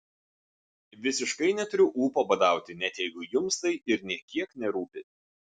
visiškai neturiu ūpo badauti net jeigu jums tai ir nė kiek nerūpi